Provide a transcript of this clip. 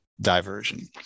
diversion